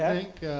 think